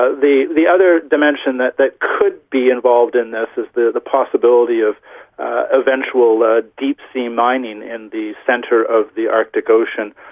ah the the other dimension that that could be involved in this is the the possibility of eventual ah deep sea mining in the centre of the arctic ocean,